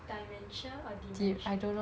dementia or dementia